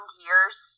years